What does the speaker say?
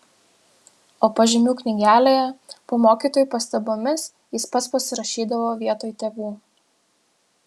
o pažymių knygelėje po mokytojų pastabomis jis pats pasirašydavo vietoj tėvų